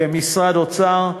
כמשרד האוצר,